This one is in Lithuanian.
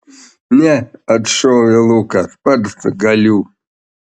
ne atšovė lukas pats galiu